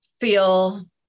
feel